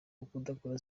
udakora